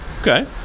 Okay